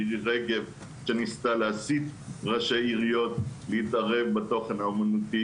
מירי רגב שניסתה להסית ראשי עיריות להתערב בתוכן האמנותי